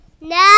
no